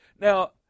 Now